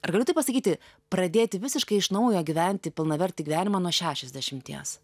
ar galiu taip pasakyti pradėti visiškai iš naujo gyventi pilnavertį gyvenimą nuo šešiasdešimties